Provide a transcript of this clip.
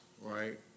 Right